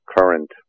current